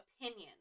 opinion